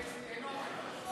23:30 אין אוכל.